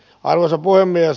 arvoisa puhemies